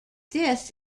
this